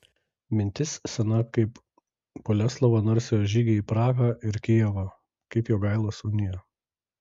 mintis sena kaip boleslovo narsiojo žygiai į prahą ir kijevą kaip jogailos unija